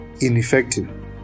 ineffective